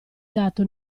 dato